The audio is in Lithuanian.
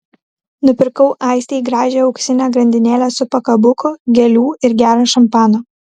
nupirkau aistei gražią auksinę grandinėlę su pakabuku gėlių ir gero šampano